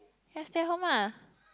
has stayed home ah